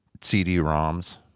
CD-ROMs